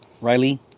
Riley